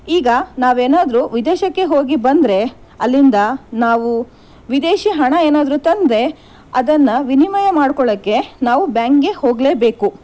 ಈಗ ನಾವೇನಾದರೂ ವಿದೇಶಕ್ಕೆ ಹೋಗಿ ಬಂದರೆ ಅಲ್ಲಿಂದ ನಾವು ವಿದೇಶಿ ಹಣ ಏನಾದರೂ ತಂದರೆ ಅದನ್ನು ವಿನಿಮಯ ಮಾಡ್ಕೊಳ್ಳೋಕ್ಕೆ ನಾವು ಬ್ಯಾಂಕ್ಗೆ ಹೋಗಲೇಬೇಕು